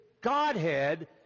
Godhead